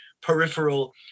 peripheral